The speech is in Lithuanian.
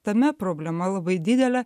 tame problema labai didelė